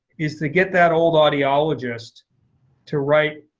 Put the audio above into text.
is to get that old audiologist to write